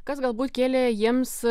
kas galbūt kėlė jiems